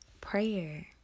prayer